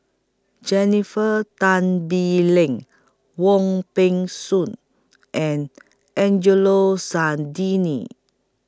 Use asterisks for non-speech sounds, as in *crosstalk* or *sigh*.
Jennifer Tan Bee Leng Wong Peng Soon and Angelo *unintelligible*